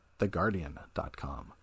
theguardian.com